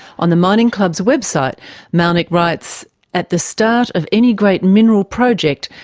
on the mining club's website malnic writes at the start of any great mineral project,